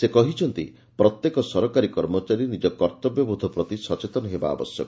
ସେ କହିଛନ୍ତି ପ୍ରତ୍ୟେକ ସରକାରୀ କର୍ମଚାରୀ ନିଜ କର୍ତବ୍ୟବୋଧପ୍ରତି ସଚେତନ ହେବା ଆବଶ୍ୟକ